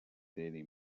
daily